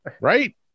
Right